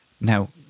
Now